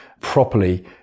properly